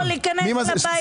בא לו להיכנס לבית.